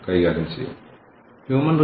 കൂടാതെ ശ്രീമൻനാരായണന്റെ ഒരു പേപ്പർ ഉണ്ട്